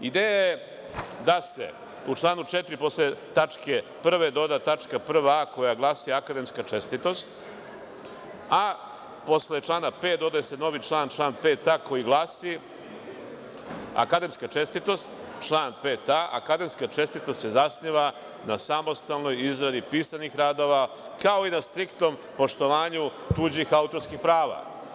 Ideja je da se u članu 4. posle tačke 1) doda tačka 1a) koja glasi – akademska čestitost, a posle člana 5. dodaje se novi član, član 5a, koji glasi – akademska čestitost, član 5a, akademska čestitost se zasniva na samostalnoj izradi pisanih radova, kao i na striktnom poštovanju tuđih autorskih prava.